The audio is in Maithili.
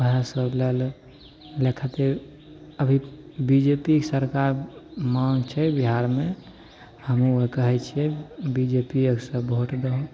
वएहसब लेल लै खातिर अभी बी जे पी के सरकार के माँग छै बिहारमे हमहूँ आर कहै छिए बी जे पी एके सब भोट दै हइ